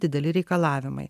dideli reikalavimai